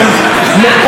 מאוד מנומקים,